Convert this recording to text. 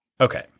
Okay